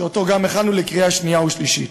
שגם אותו הכנו לקריאה שנייה ושלישית.